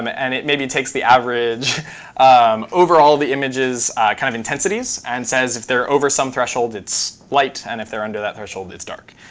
um and it maybe takes the average um overall of the image's kind of intensities and says, if they're over some threshold, it's light, and if they're under that threshold, it's dark.